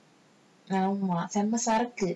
ஆமா செம சரக்கு:aamaa sema sarakku